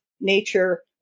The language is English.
nature